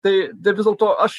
tai dirbs dėl to aš